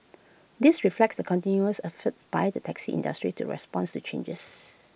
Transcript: this reflects the continuous efforts by the taxi industry to responds to changes